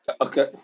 Okay